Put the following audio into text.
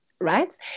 right